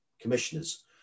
commissioners